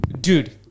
dude